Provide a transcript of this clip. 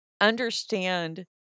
understand